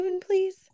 please